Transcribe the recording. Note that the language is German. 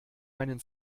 meinen